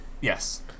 Yes